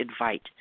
invite